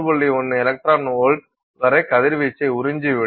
1 electron volt வரை கதிர்வீச்சை உறிஞ்சிவிடும்